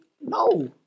no